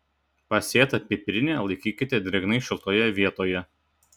pasėtą pipirnę laikykite drėgnai šiltoje vietoje